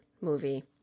movie